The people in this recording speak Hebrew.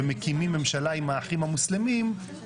חבר הכנסת מלכיאלי, תכף אתה.